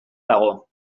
dago